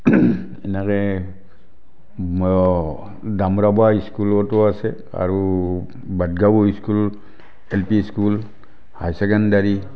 এনেকৈ দামোৰাবোৱা স্কুলতো আছে আৰু বাজ্ঞাও school L P school high secondary